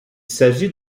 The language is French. s’agit